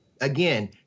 Again